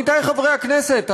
עמיתי חברי הכנסת,